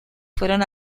fueron